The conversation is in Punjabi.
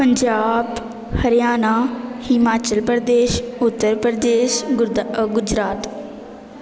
ਪੰਜਾਬ ਹਰਿਆਣਾ ਹਿਮਾਚਲ ਪ੍ਰਦੇਸ਼ ਉੱਤਰ ਪ੍ਰਦੇਸ਼ ਗੁਰਦਾ ਅ ਗੁਜਰਾਤ